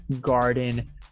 garden